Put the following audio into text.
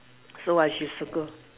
so I should circle